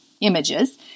images